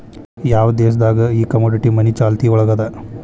ಯಾವ್ ದೇಶ್ ದಾಗ್ ಈ ಕಮೊಡಿಟಿ ಮನಿ ಚಾಲ್ತಿಯೊಳಗದ?